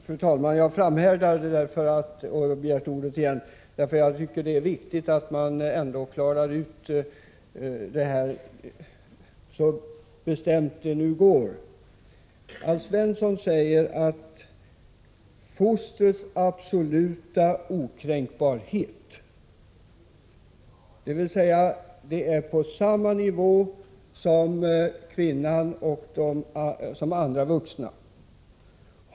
Fru talman! Jag framhärdar och har begärt ordet ännu en gång därför att jag tycker att det är viktigt att klara ut förhållandena så mycket det går. Alf Svensson talar om fostrets absoluta okränkbarhet, vilket innebär att fostret är på samma nivå som kvinnan och andra vuxna.